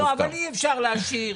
אבל אי אפשר להשאיר,